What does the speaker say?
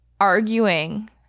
arguing